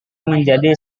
menjadi